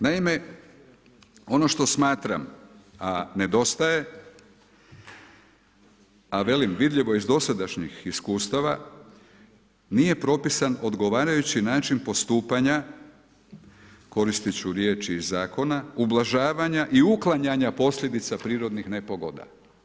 Naime, ono što smatram, a nedostaje, a velim, vidljivo je iz dosadašnjih iskustava, nije propisan odgovarajući način postupanja, koristi ću riječi iz zakona, ublažavanja i uklanjanje posljedica prirodnih nepogoda.